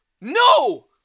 No